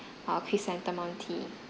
or chrysanthemum tea